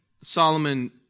Solomon